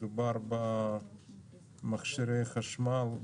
מדובר במכשירי חשמל,